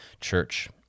Church